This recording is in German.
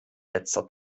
letzter